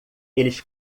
eles